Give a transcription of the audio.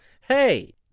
Hey